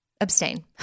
abstain